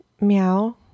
meow